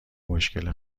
مشکل